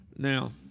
Now